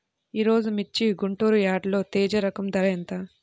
ఈరోజు మిర్చి గుంటూరు యార్డులో తేజ రకం ధర ఎంత?